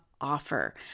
offer